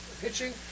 pitching